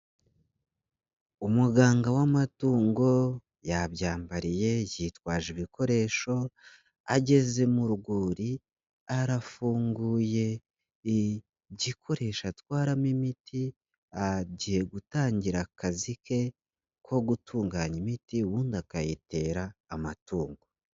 Umuganga w'amatungo, yabyambariye, yitwaje ibikoresho, ageze mu rwuri, arafunguye, igikoresho atwaramo imiti, agiye gutangira akazi ke, ko gutunganya imiti, ubundi akayitera amatungo.